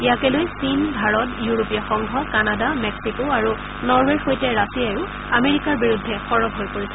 ইয়াকে লৈ চীন ভাৰত ইউৰোপীয় সংঘ কানাডা মেক্সিক আৰু নৰৱেৰ সৈতে ৰাছিয়াও আমেৰিকাৰ বিৰুদ্ধে আপত্তি জনাইছে